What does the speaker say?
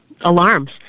alarms